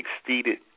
exceeded